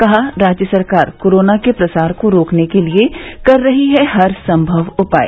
कहा राज्य सरकार कोरोना के प्रसार को रोकने के लिये कर रही है हर सम्भव उपाय